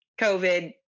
COVID